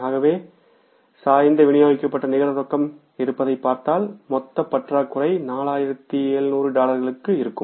ஆகவே சாய்ந்த விநியோகிக்கப்பட்ட நிகர ரொக்கம் இருப்பதைப் பார்த்தால் மொத்த பற்றாக்குறை 4700 டாலர்களுக்கு இருக்கும்